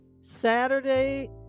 Saturday